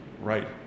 Right